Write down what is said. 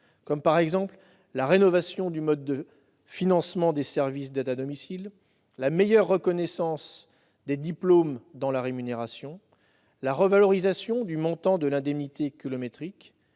: par exemple, la rénovation du mode de financement des services d'aide à domicile, la meilleure reconnaissance des diplômes dans la rémunération ou la revalorisation du montant de l'indemnité kilométrique.